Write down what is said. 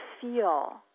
feel